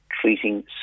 treating